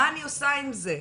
מה אני עושה עם זה?